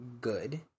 good